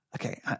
okay